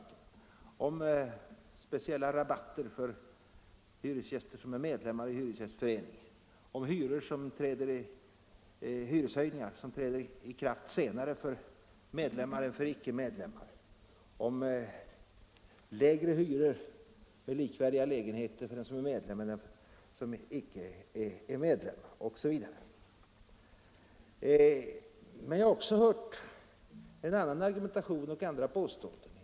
Det har skrivits om speciella rabatter för hyresgäster som är medlemmar i hyresgästförening, om hyreshöjningar som träder i kraft senare för medlemmar än för icke-medlemmar, om lägre hyror för likvärdiga lägenheter för den som är medlem än för den som icke är medlem osv. Men jag har också hört en annan argumentation och andra påståenden.